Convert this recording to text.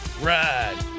ride